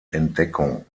entdeckung